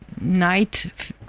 night